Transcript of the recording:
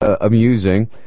amusing